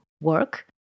work